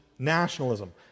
nationalism